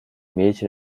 mädchen